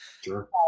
Sure